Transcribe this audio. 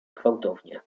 gwałtownie